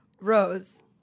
Rose